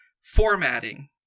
formatting